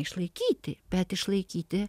išlaikyti bet išlaikyti